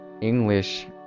english